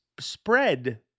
Spread